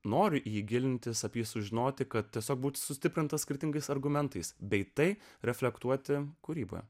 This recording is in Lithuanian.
noriu jį gilintis apie sužinoti kad tiesa būti sustiprintas skirtingais argumentais bei tai reflektuoti kūryba